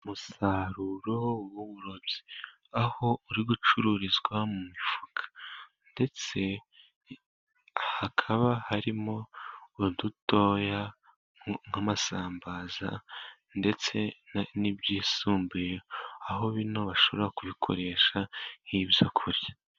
Umusaruro w'uburobyi, aho uri gucururizwa mu mifuka ndetse hakaba harimo udutoya, nk'amasambaza ndetse n'ibyisumbuye, aho bino bashobora kubikoresha nk'ibyo kurya.